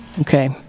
okay